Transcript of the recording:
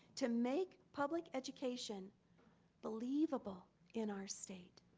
to make public education believable in our state.